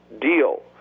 deal